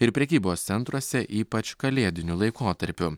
ir prekybos centruose ypač kalėdiniu laikotarpiu